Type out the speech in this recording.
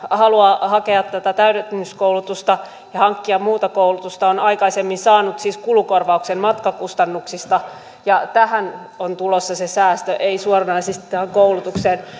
haluaa hakea tätä täydennyskoulutusta ja hankkia muuta koulutusta niin aikaisemmin on saanut siis kulukorvauksen matkakustannuksista ja tähän on tulossa se säästö ei suoranaisesti tähän koulutukseen